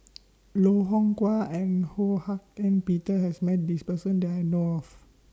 Loh Hoong Kwan and Ho Hak Ean Peter has Met This Person that I know of